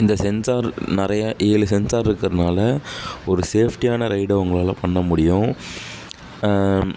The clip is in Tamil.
இந்த சென்சார் நிறையா ஏழு சென்சார் இருக்கிறனால ஒரு சேஃப்ட்டியான ரைடும் உங்களால் பண்ண முடியும்